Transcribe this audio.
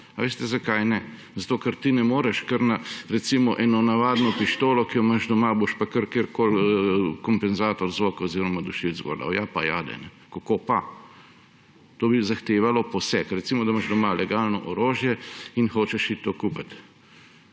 A veste, zakaj ne? Zato ker ti ne moreš kar na, recimo, eno navadno pištolo, ki jo imaš doma, kar kjerkoli kompenzator zvoka oziroma dušilec namestil. Ja, pajade! Kako pa? To bi zahtevalo poseg. Recimo, da imaš doma legalno orožje in hočeš iti to kupit.